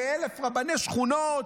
ב-1,000 רבני שכונות,